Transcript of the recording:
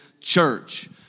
church